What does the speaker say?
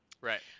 Right